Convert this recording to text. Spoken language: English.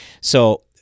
So-